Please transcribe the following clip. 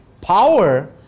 power